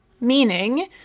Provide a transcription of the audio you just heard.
Meaning